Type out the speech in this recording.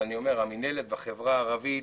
המנהלת בחברה הערבית